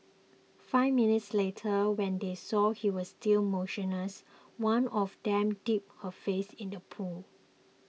five minutes later when they saw he was still motionless one of them dipped her face in the pool